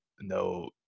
no